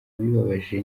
bibabaje